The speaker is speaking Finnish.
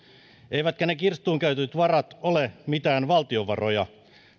eivätkä ne kirstuun käytetyt varat ole mitään valtion varoja